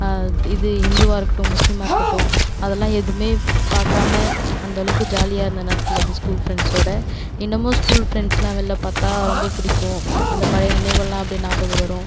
இது ஹிந்துவாக இருக்கட்டும் முஸ்லிமாக இருக்கட்டும் அதல்லாம் எதுவுமே பார்க்காம அந்தளவுக்கு ஜாலியாயிருந்த நாட்கள் அது ஸ்கூல் ஃப்ரெண்ட்ஸோட இன்னமும் ஸ்கூல் ஃப்ரெண்ட்ஸ்லாம் வெளில பார்த்தா ரொம்ப பிடிக்கும் அந்த பழைய நினைவுகள்லாம் அப்படியே ஞாபகம் வரும்